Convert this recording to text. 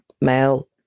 male